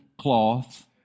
cloth